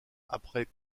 après